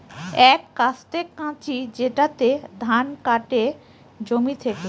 এক কাস্তে কাঁচি যেটাতে ধান কাটে জমি থেকে